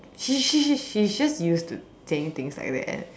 she she she she is just used to saying things like that and